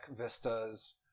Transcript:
vistas